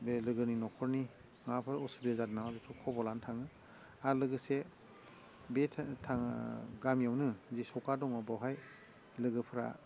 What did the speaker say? बे लोगोनि न'खरनि माबाफोर उसुबिदा जादों नामा बेखौ खबर लानो थाङो आरो लोगोसे बे गामियावनो जे सका दङ बेहाय लोगोफ्रा